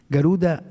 Garuda